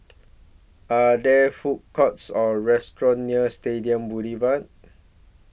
Are There Food Courts Or restaurants near Stadium Boulevard